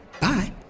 Bye